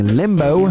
limbo